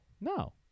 No